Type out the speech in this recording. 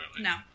No